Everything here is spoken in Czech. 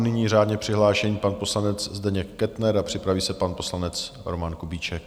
Nyní řádně přihlášený pan poslanec Zdeněk Kettner a připraví se pan poslanec Roman Kubíček.